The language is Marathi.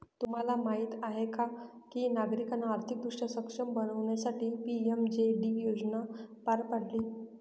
तुम्हाला माहीत आहे का नागरिकांना आर्थिकदृष्ट्या सक्षम बनवण्यासाठी पी.एम.जे.डी योजना पार पाडली